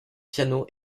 piano